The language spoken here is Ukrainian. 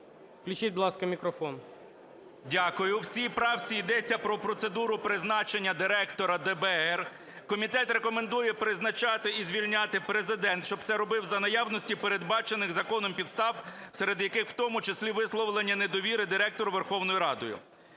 Включіть, будь ласка, мікрофон. 11:05:01 КНЯЖИЦЬКИЙ М.Л. Дякую. В цій правці йдеться про процедуру призначення директора ДБР. Комітет рекомендує призначати і звільняти, Президент, щоб це робив, за наявності передбачених законом підстав, серед яких в тому числі висловлення недовіри директору Верховною Радою.